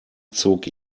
zog